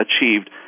achieved